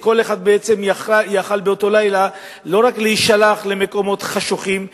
כי כל אחד יכול היה באותו לילה לא רק להישלח למקומות חשוכים,